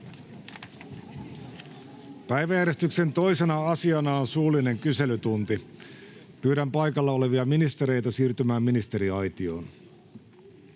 Päiväjärjestyksen 2. asiana on suullinen kyselytunti. Pyydän paikalla olevia ministereitä siirtymään ministeriaitioon.